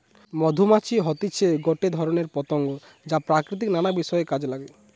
মধুমাছি হতিছে গটে ধরণের পতঙ্গ যা প্রকৃতির নানা বিষয় কাজে নাগে